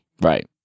Right